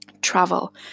Travel